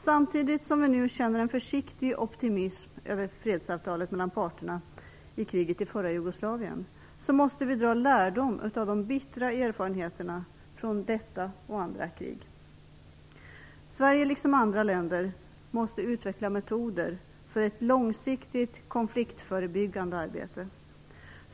Samtidigt som vi nu känner en försiktig optimism över fredsavtalet mellan parterna i kriget i f.d. Jugoslavien måste vi dra lärdom av de bittra erfarenheterna från detta och andra krig. Sverige liksom andra länder måste utveckla metoder för ett långsiktigt konfliktförebyggande arbete.